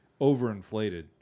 overinflated